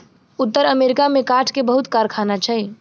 उत्तर अमेरिका में काठ के बहुत कारखाना छै